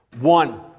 one